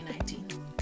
2019